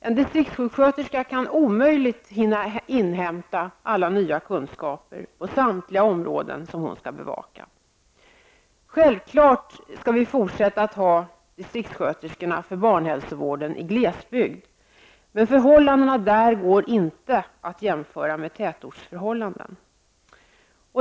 En distriktssjuksköterska kan omöjligen hinna att inhämta alla nya kunskaper på samtliga områden som hon skall bevaka. Självfallet skall vi fortsätta att ha distriktsköterskor även för barnhälsovården i glesbygd. Men förhållandena där går inte att jämföra med tätortsförhållanden.